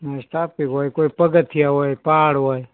traffic હોય કોઈ પગથિયાં હોય કોઈ પહાડ હોય